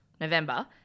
November